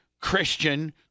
Christian